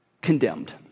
condemned